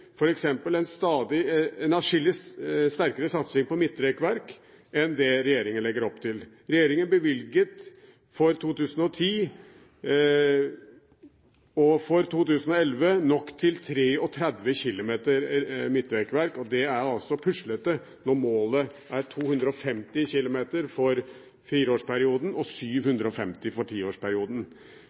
en atskillig sterkere satsing på midtrekkverk enn det regjeringen legger opp til. Regjeringen bevilget for 2010 og 2011 nok til 33 km midtrekkverk, og det er puslete når målet er 250 km for fireårsperioden og 750 km for tiårsperioden.